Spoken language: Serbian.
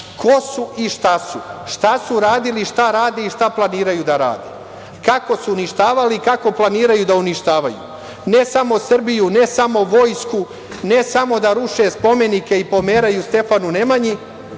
ko su i šta su, šta su radili, šta rade i šta planiraju da rade, kako su uništavali i kako planiraju da uništavaju, ne samo Srbiju, ne samo vojsku, ne samo da ruše spomenike i pomeraju Stefanu Nemanji,